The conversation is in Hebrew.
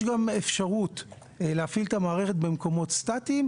יש גם אפשרות להפעיל את המערכת במקומות סטטיים,